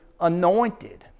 anointed